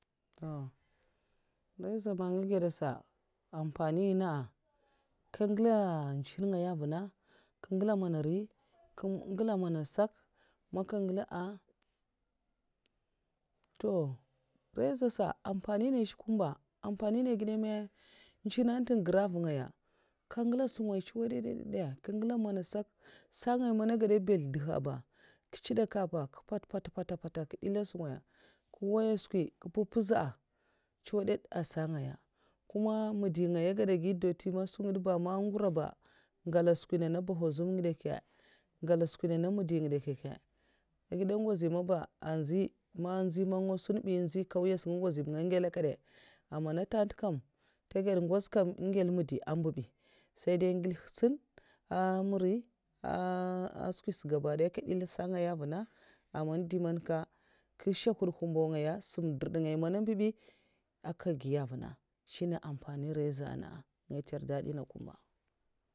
Raiza man nga gè da sa nga ngèla ntsèhinè nga avu'na amfani nènga nasa nkinngèla mana nri nkèn ngèla mana sak' man nkè ngèla, to raiza sa amfani nènga un'zhè kumba amfanunènga agidè ma ntsèhinè ntè n gra mbu nagya nkèn mgèla skwi'ngaya tsuwa'dadad sak nagay man ngada mbèl ndzuwa ba nkpèsl pèsl pèsla nkè tsidak pa nku mpèza sungaya man mana sak pèt pèt pèta snungaya tsuwadad a sungaya man madangwoz ba kuma ma dè ngaya agèda gè durty ko sungèd ba man ngura ngèla sungaya ana mbwahwazum'ngèla sungay na midi nginè kyè kyè an nsnas man ngu nwozè kam nèl sungaya'ba ahyalaki nkè ngu ngwozi ba ntè kyau ba ngè ngèla midi sa'ndo